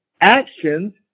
actions